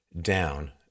down